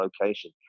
location